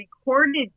recorded